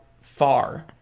far